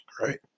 Right